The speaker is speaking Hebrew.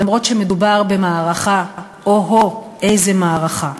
למרות שמדובר במערכה, אוהו, איזו מערכה.